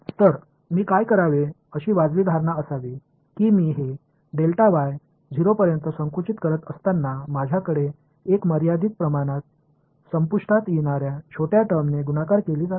तर मी काय करावे अशी वाजवी धारणा असावी की मी हे 0 पर्यंत संकुचित करत असताना माझ्याकडे एक मर्यादित प्रमाण संपुष्टात येणाऱ्या छोट्या टर्मने गुणाकार केली जाते